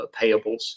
payables